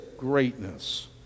greatness